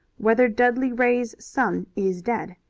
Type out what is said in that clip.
whether dudley ray's son is dead.